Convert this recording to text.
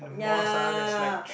ya